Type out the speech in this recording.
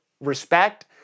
Respect